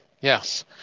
yes